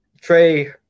Trey